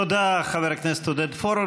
תודה, חבר הכנסת עודד פורר.